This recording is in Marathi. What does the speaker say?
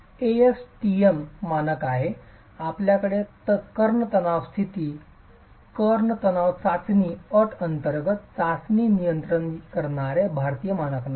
एक एएसटीएम ASTM मानक आहे आपल्याकडे कर्क तणाव स्थिती कर्ण तणाव चाचणी अट अंतर्गत चाचणी नियंत्रित करणारे भारतीय मानक नाही